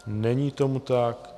Není tomu tak.